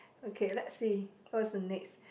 okay let's see what's the next